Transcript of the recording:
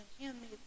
handmade